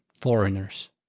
foreigners